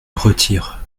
retire